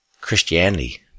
Christianity